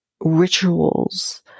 rituals